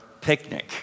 picnic